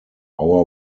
our